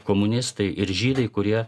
komunistai ir žydai kurie